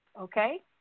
okay